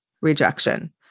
rejection